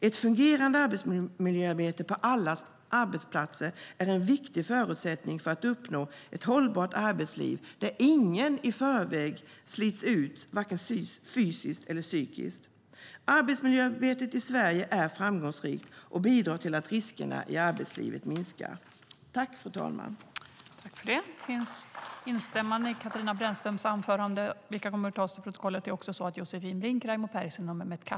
Ett fungerande arbetsmiljöarbete på alla arbetsplatser är en viktig förutsättning för att man ska uppnå ett hållbart arbetsliv där ingen i förväg slits ut vare sig fysiskt eller psykiskt. Arbetsmiljöarbetet i Sverige är framgångsrikt och bidrar till att riskerna i arbetslivet minskar. I detta anförande instämde Jenny Petersson och Maria Plass samt Lars-Axel Nordell .